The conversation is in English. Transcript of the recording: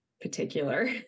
particular